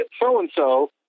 so-and-so